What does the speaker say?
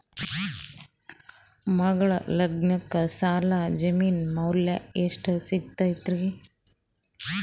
ಮಗಳ ಲಗ್ನಕ್ಕ ಸಾಲ ಜಮೀನ ಮ್ಯಾಲ ಎಷ್ಟ ಸಿಗ್ತದ್ರಿ?